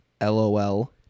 LOL